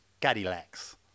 Cadillacs